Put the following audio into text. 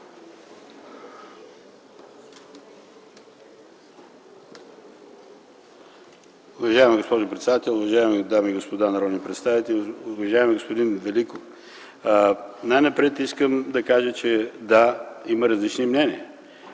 Уважаема госпожо председател, уважаеми дами и господа народни представители, уважаеми господин Великов! Най-напред искам да кажа, че, да, има различни мнения.